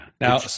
Now